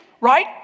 right